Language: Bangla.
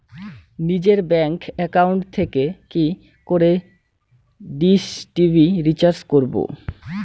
নিজের ব্যাংক একাউন্ট থেকে কি করে ডিশ টি.ভি রিচার্জ করবো?